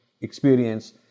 experience